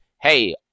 hey